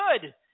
good